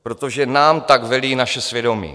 Protože nám tak velí naše svědomí.